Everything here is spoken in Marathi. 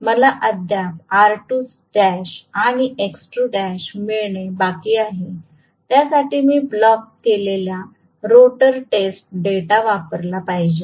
मला अद्याप आणि मिळणे बाकी आहे त्यासाठी मी ब्लॉक केलेला रोटर टेस्ट डेटा वापरला पाहिजे